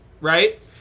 right